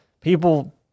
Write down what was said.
people